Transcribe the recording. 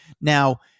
Now